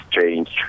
changed